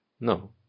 No